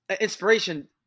Inspiration